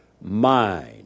mind